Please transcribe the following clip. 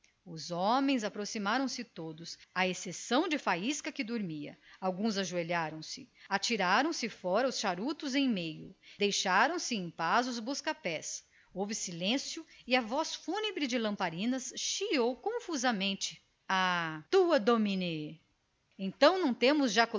os homens aproximaram-se todos à exceção do faísca que dormia alguns ajoelharam se também atiraram se fora os charutos em meio deixaram se em paz os busca pés e as bombas correu silêncio e a voz fúnebre do lamparinas chiou confusamente a tua domine então não temos